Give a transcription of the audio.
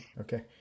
Okay